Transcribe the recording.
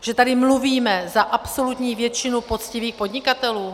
Že tady mluvíme za absolutní většinu poctivých podnikatelů?